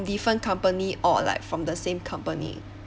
different company or like from the same company